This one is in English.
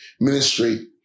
ministry